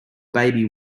baby